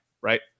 right